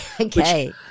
Okay